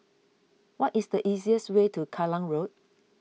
what is the easiest way to Road